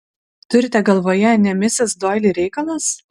turite galvoje ne misis doili reikalas